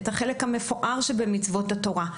את החלק המפואר שבמצוות התורה.